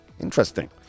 interesting